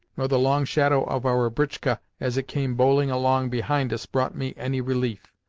nor the long shadow of our britchka as it came bowling along behind us brought me any relief.